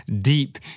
deep